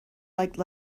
like